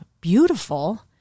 beautiful